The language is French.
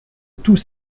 tous